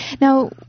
Now